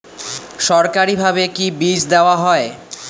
সরকারিভাবে কি বীজ দেওয়া হয়?